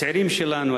הצעירים שלנו,